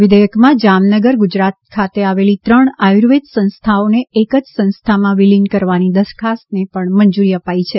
વિઘેયકમાં જામનગર ગુજરાત ખાતે આવેલી ત્રણ આયુર્વેદ સંસ્થાઓને એક જ સંસ્થામાં વિલિન કરવાની દરખાસ્તને પણ મંજૂરી અપાઈ છે